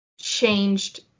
changed